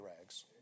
rags